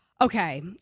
Okay